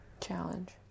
Challenge